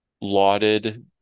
lauded